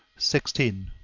sixteen.